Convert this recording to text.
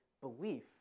belief